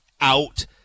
out